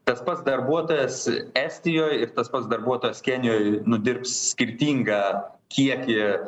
tas pats darbuotojas estijoj ir tas pats darbuotojas kenijoj nudirbs skirtingą kiekį